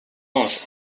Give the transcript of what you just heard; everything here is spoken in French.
anges